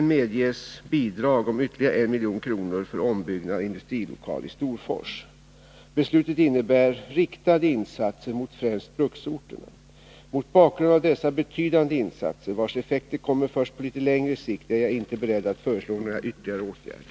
Beslutet innebär riktade insatser mot främst bruksorterna. Mot bakgrund av dessa betydande insatser, vilkas effekter kommer först på litet längre sikt, är jag inte beredd att föreslå några ytterligare åtgärder.